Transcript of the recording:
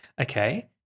Okay